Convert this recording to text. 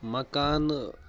مکانہٕ